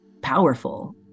powerful